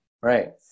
Right